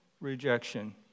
Rejection